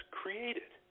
created